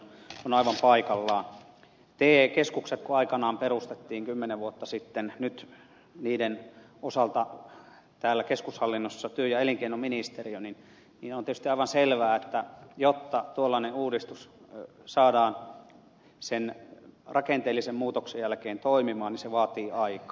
kun te keskukset aikanaan perustettiin kymmenen vuotta sitten ja nyt niiden osalta täällä keskushallinnossa on työ ja elinkeinoministeriö niin on tietysti aivan selvää että jotta tuollainen uudistus saadaan sen rakenteellisen muutoksen jälkeen toimimaan niin se vaatii aikaa